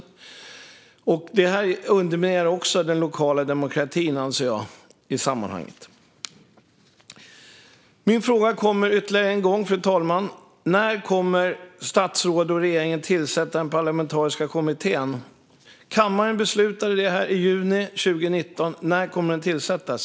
Jag anser också att detta underminerar den lokala demokratin. Fru talman! Jag ställer min fråga ytterligare en gång: När kommer statsrådet och regeringen att tillsätta den parlamentariska kommittén? Kammaren beslutade om den i juni 2019. När kommer den att tillsättas?